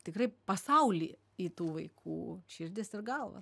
tikrai pasaulį į tų vaikų širdis ir galvą